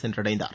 சென்றடைந்தார்